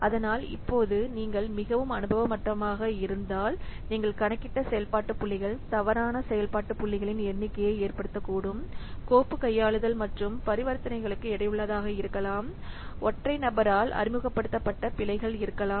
அதனால் இப்போது நீங்கள் மிகவும் அனுபவமற்றவராக இருந்தால் நீங்கள் கணக்கிட்ட செயல்பாட்டு புள்ளிகள் தவறான செயல்பாட்டு புள்ளிகளின் எண்ணிக்கையை ஏற்படுத்தக்கூடும் கோப்பு கையாளுதல் மற்றும் பரிவர்த்தனைகளுக்கு எடையுள்ளதாக இருக்கலாம் ஒற்றை நபரால் அறிமுகப்படுத்தப்பட்ட பிழைகள் இருக்கலாம்